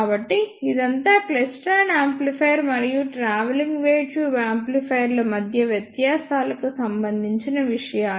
కాబట్టి ఇదంతా klystron amplifier మరియు ట్రావెలింగ్ వేవ్ ట్యూబ్ యాంప్లిఫైయర్ల మధ్య వ్యత్యాసాలకు సంబంధించిన విషయాలు